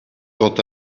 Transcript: quant